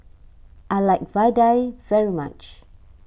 I like Vadai very much